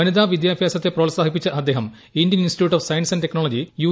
വനിതാ വിദ്യാഭ്യാസത്തെ പ്രോത്സാഹിപ്പിച്ച അദ്ദേഹം Indian Institute of Science Technology U